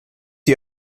ihr